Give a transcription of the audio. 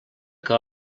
que